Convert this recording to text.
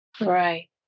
Right